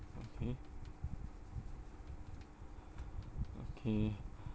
okay okay